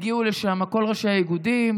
הגיעו לשם כל ראשי האיגודים,